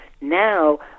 Now